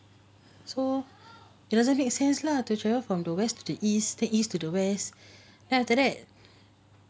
so it doesn't make sense lah to travel from the west to the east the east to the west then after that